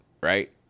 right